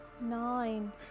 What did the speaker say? nine